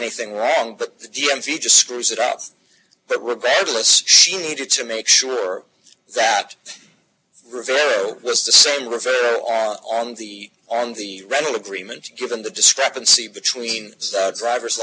anything wrong but the d m v just screws it up but we're battling she needed to make sure that rivera was december th on the on the rental agreement given the discrepancy between driver's